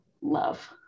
love